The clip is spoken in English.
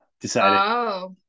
decided